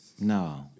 No